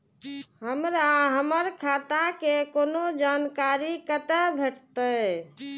हमरा हमर खाता के कोनो जानकारी कतै भेटतै?